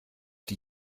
die